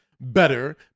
better